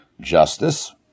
justice